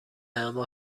اما